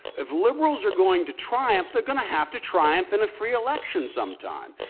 if liberals are going to triumph, they're going to have to triumph in a free election sometime.